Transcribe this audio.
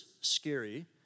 scary